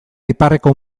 iparreko